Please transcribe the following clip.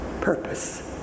purpose